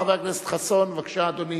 חבר הכנסת חסון, בבקשה, אדוני.